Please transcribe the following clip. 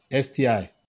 STI